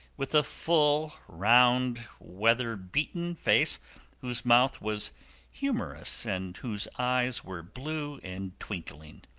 with a full, round, weather-beaten face whose mouth was humourous and whose eyes were blue and twinkling.